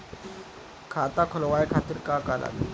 खाता खोलवाए खातिर का का लागी?